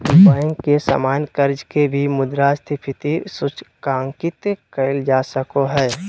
bank के सामान्य कर्ज के भी मुद्रास्फीति सूचकांकित कइल जा सको हइ